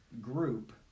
group